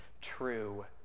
true